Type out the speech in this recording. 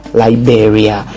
liberia